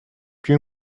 più